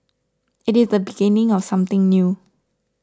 it is the beginning of something new